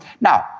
Now